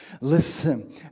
Listen